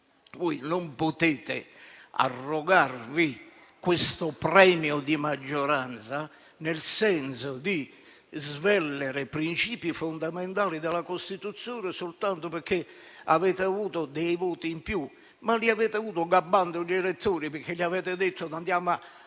Voi non potete arrogarvi questo premio di maggioranza, andando a svellere principi fondamentali della Costituzione, soltanto perché avete ricevuto dei voti in più. Voti che avete ricevuto gabbando gli elettori, perché avete detto loro di avere